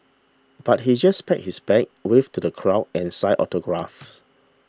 but he just packed his bag waved to the crowd and signed autographs